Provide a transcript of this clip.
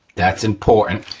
that's important.